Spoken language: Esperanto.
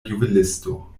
juvelisto